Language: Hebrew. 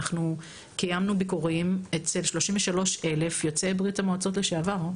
קיימנו ביקורים אצל 33 אלף יוצאי ברית המועצות לשעבר,